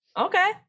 okay